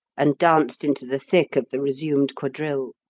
and danced into the thick of the resumed quadrille.